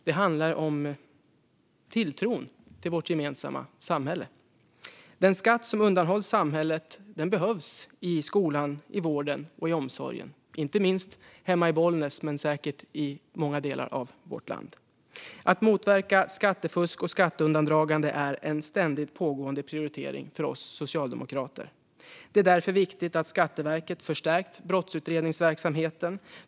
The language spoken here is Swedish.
Det handlar om tilltron till vårt gemensamma samhälle. Den skatt som undanhålls samhället behövs i skolan, i vården och i omsorgen, inte minst hemma i Bollnäs men säkert i många delar av vårt land. Att motverka skattefusk och skatteundandragande är en ständigt pågående prioritering för oss socialdemokrater. Det är därför viktigt att Skatteverket förstärkt brottsutredningsverksamheten.